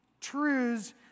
truths